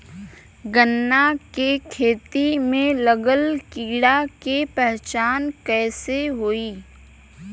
गन्ना के खेती में लागल कीड़ा के पहचान कैसे होयी?